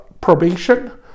probation